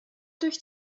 durch